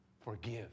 Forgive